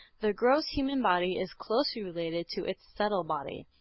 the gross human body is closely related to its subtle body.